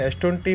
S20